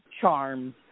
charms